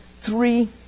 three